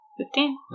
Fifteen